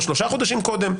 או שלושה חודשים קודם,